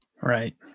Right